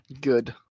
Good